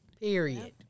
Period